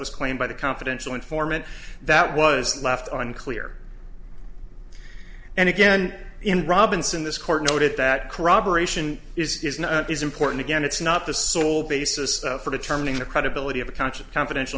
was claimed by the confidential informant that was left on clear and again in robinson this court noted that corroboration is important again it's not the sole basis for determining the credibility of a conscious confidential